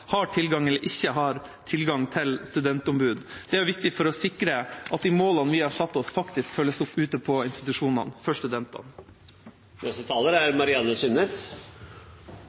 har tilgang – eller ikke har tilgang – til studentombud? Det er viktig for å sikre at de målene vi har satt oss, faktisk følges opp ute på institusjonene